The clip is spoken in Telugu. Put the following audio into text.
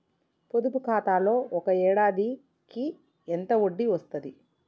పొదుపు ఖాతాలో ఒక ఏడాదికి ఎంత వడ్డీ వస్తది?